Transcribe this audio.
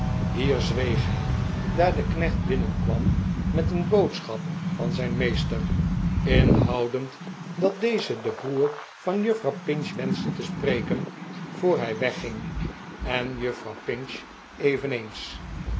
hier zweeg hij daar de knecht binnenkwam met een boodschap van zijn meester inhoudend dat deze den broer van juffrouw pinch wenschte te spreken voor hij wegging en juffrouw pinch eveneens